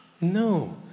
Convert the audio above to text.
no